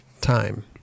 time